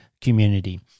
community